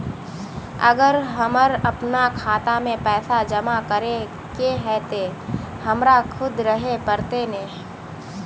अगर हमर अपना खाता में पैसा जमा करे के है ते हमरा खुद रहे पड़ते ने?